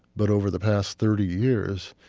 but over the past thirty years,